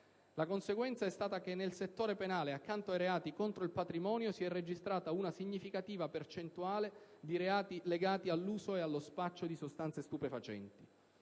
La conseguenza è stata che nel settore penale, accanto ai reati contro il patrimonio, si è registrata una significativa percentuale di reati legati all'uso e allo spaccio di sostanze stupefacenti.